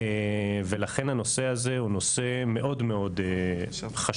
ולכן הנושא הזה הוא נושא מאוד מאוד חשוב